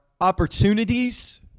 opportunities